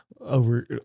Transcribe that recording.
over